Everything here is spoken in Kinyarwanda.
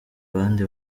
abandi